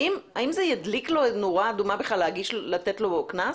האם זה ידליק לו נורה אדומה בכלל לתת לו קנס?